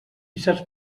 saps